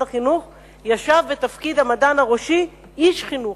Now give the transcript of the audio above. החינוך ישב בתפקיד המדען הראשי איש חינוך,